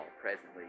presently